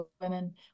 women